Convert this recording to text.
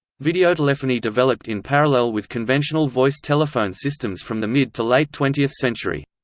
videotelephony developed in parallel with conventional voice telephone systems from the mid-to-late twentieth century.